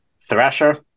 Thrasher